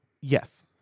Yes